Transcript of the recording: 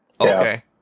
Okay